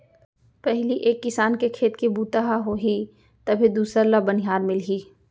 पहिली एक किसान के खेत के बूता ह होही तभे दूसर ल बनिहार मिलही